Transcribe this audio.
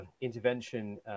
intervention